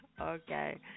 Okay